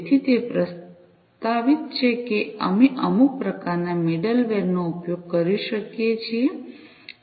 તેથી તે પ્રસ્તાવિત છે કે અમે અમુક પ્રકારના મિડલવેર નો ઉપયોગ કરી શકીએ છીએ